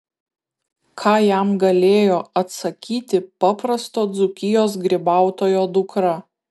ką jam galėjo atsakyti paprasto dzūkijos grybautojo dukra